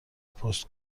پست